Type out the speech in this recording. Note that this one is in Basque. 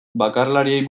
bakarlariei